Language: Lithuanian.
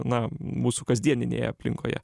na mūsų kasdieninėje aplinkoje